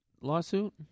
lawsuit